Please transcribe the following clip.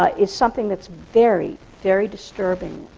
ah is something that's very, very disturbing,